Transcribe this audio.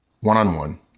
one-on-one